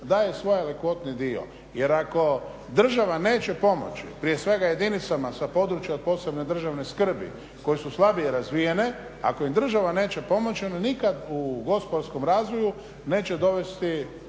daje svoj alikvotni dio. Jer ako država neće pomoći prije svega jedinicama sa područja od posebne državne skrbi koje su slabije razvijene, ako im država neće pomoći one nikad u gospodarskom razvoju neće dovesti,